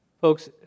Folks